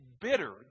bitter